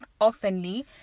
oftenly